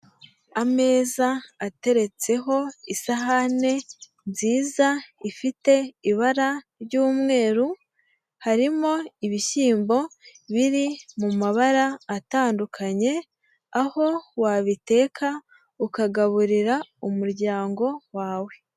Ameza ateretseho isahane nziza, ifite ibara ry'umweru, harimo ibishyimbo biri mu mabara atandukanye, aho wabiteka ukagaburira umuryango wawe.